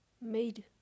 made